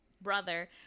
brother